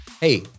Hey